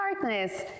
darkness